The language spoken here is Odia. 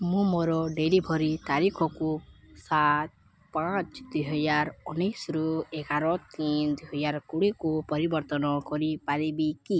ମୁଁ ମୋର ଡ଼େଲିଭରି ତାରିଖକୁ ସାତ ପାଞ୍ଚ ଦୁଇହଜାର ଉନେଇଶିରୁ ଏଗାର ତିନି ଦୁଇହଜାର କୋଡ଼ିଏକୁ ପରିବର୍ତ୍ତନ କରିପାରିବି କି